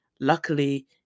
Luckily